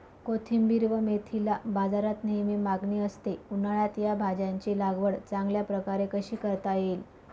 कोथिंबिर व मेथीला बाजारात नेहमी मागणी असते, उन्हाळ्यात या भाज्यांची लागवड चांगल्या प्रकारे कशी करता येईल?